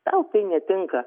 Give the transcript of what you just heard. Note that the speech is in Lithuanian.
tau tai netinka